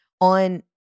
on